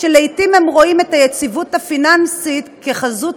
שלעתים רואות את היציבות הפיננסית כחזות